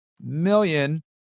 million